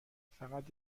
فقط